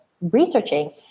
researching